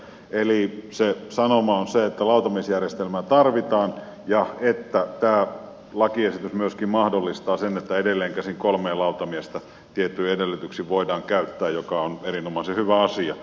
eli sanoma on se että lautamiesjärjestelmää tarvitaan ja tämä lakiesitys myöskin mahdollistaa sen että edelleenkäsin kolmea lautamiestä tietyin edellytyksin voidaan käyttää mikä on erinomaisen hyvä asia